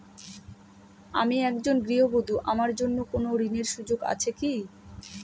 আমি একজন গৃহবধূ আমার জন্য কোন ঋণের সুযোগ আছে কি?